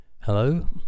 Hello